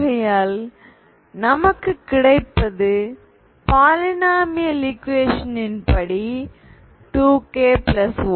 ஆகையால் நமக்கு கிடைப்பது பாலினாமியல் ஈக்குவேஷன் ன் படி 2k1